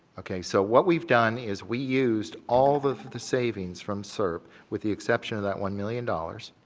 okay, so what we've done is we used all the the savings from srp with the exception of that one million dollars